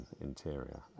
interior